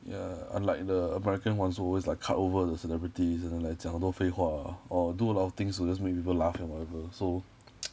ya unlike the american ones who always like cut over the celebrity 真的来讲好多废话 uh or do a lot of things to just make people laugh and whatever so